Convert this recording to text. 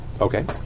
Okay